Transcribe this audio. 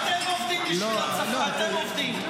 אבל אתם עובדים בשביל הצפון, אתם עובדים.